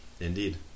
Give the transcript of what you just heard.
indeed